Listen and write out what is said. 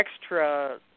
extra